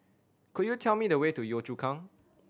could you tell me the way to Yio Chu Kang